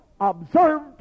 observed